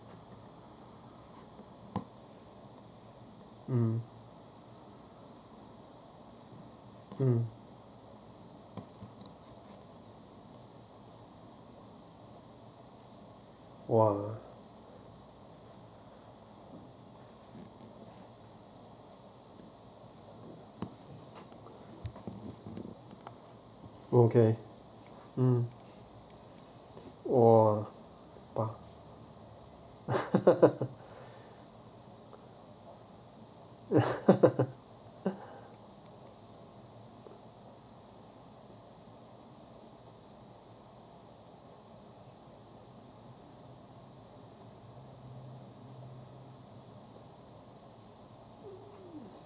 mm mm !wah! okay mm !wah! !wah!